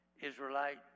Israelite